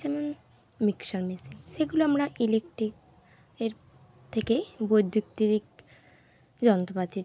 যেমন mixer machine সেগুলো আমরা ইলেকট্রিক এর থেকেই বৈদ্যুতিক যন্ত্রপাতির